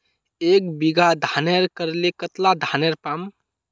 एक बीघा धानेर करले कतला धानेर पाम?